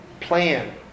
plan